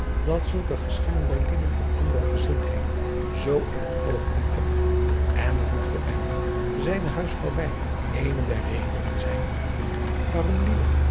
dat zulke geschillen bij lieden van andere gezindheden zoo in het oog blinken en voegde er nu zijne huisvrouw bij eene der redenen zijn waarom lieden